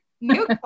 New